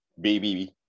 baby